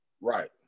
Right